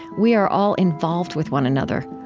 we are all involved with one another.